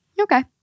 Okay